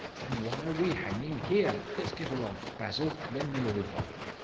then why are we hanging here? let's get along. basil, lend me your revolver.